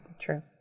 True